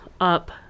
up